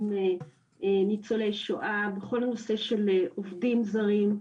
עם ניצולי שואה ובכל הנושא של עובדים זרים,